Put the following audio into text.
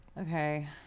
okay